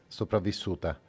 sopravvissuta